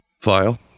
file